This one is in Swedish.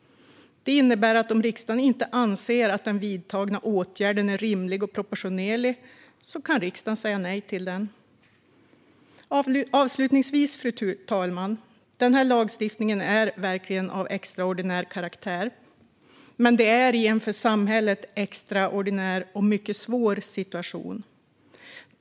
Det innebär att om riksdagen inte anser att den vidtagna åtgärden är rimlig och proportionerlig kan riksdagen säga nej till den. Avslutningsvis, fru talman, är denna lagstiftning verkligen av extraordinär karaktär, detta i en för samhället extraordinär och mycket svår situation.